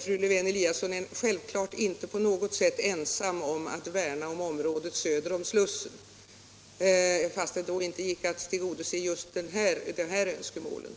Fru Lewén-Eliasson är självklart inte på något sätt ensam om att värna om området söder om Slussen, även om det inte gick att tillgodose just de här önskemålen.